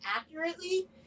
accurately